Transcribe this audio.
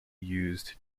used